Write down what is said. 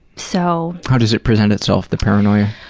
so how does it present itself, the paranoia?